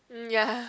um ya